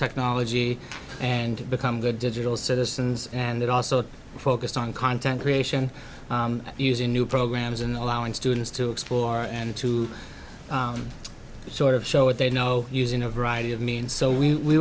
technology and to become the digital citizens and it also focused on content creation using new programs and allowing students to explore and to sort of show what they know using a variety of means so we